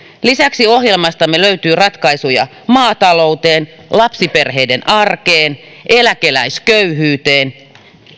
lisäksi ohjelmastamme löytyy ratkaisuja maatalouteen lapsiperheiden arkeen eläkeläisköyhyyteen